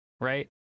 right